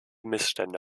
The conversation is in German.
missstände